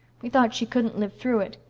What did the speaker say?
we thought she couldn't live through it.